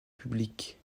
publique